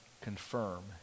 confirm